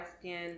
question